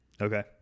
Okay